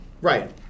Right